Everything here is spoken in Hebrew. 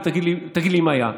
ותגיד לי אם היה,